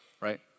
right